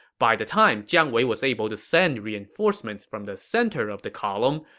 by the time jiang wei was able to send reinforcement from the center of the column,